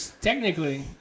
Technically